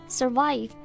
survive